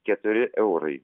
keturi eurai